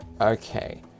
Okay